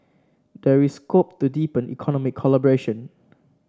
there is scope to deepen economic collaboration